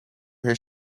his